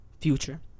Future